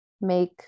make